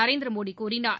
நரேந்திரமோடி கூறினார்